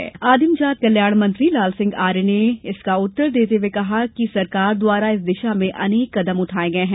आदिम जाति एवं जनजाति कल्याण राज्यमंत्री लाल सिंह आर्य ने उसका उत्तर देते हुए कहा कि सरकार द्वारा इस दिशा में अनेक कदम उठाये गये हैं